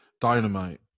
Dynamite